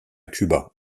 cuba